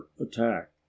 attack